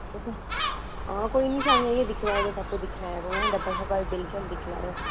तुसें हां कोई निं शामीं आइयै दिक्खी लैएओ तुस आपूं दिक्खी लैएओ डब्बा शब्बा बिल शिल दिक्खी लैएओ